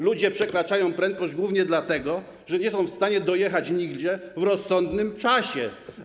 Ludzie przekraczają prędkość głównie dlatego, że nie są w stanie dojechać nigdzie w rozsądnym czasie.